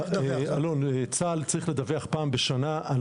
אלון: צה"ל צריך לדווח פעם בשנה על